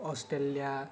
Australia